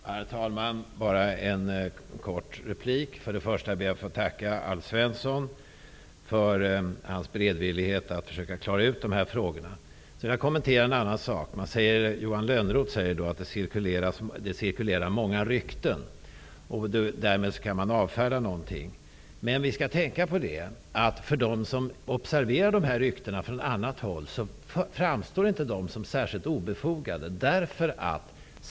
Herr talman! Detta skall bara bli en kort replik. Först och främst ber jag att få tacka Alf Svensson för hans beredvillighet att försöka klara ut mina frågor. Sedan vill jag kommentera en annan sak. Johan Lönnroth säger att det cirkulerar många rykten. Därmed skulle en del kunna avfärdas. Men vi skall tänka på att dessa rykten inte framstår som obefogade för dem som hör ryktena från annat håll.